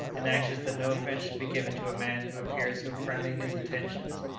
and anxious that no offence should be given to a man who appeared so friendly in his intentions,